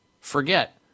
forget